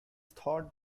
thought